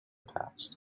past